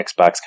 Xbox